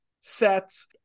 sets